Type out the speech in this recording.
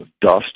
dust